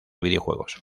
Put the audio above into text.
videojuegos